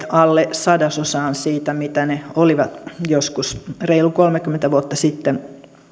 alle sadasosaan siitä mitä ne olivat joskus reilu kolmekymmentä vuotta sitten